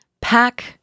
pack